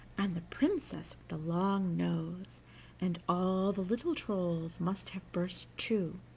and the princess with the long nose and all the little trolls must have burst too,